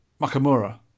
Makamura